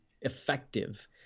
effective